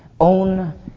own